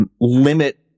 limit